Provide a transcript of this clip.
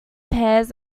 pears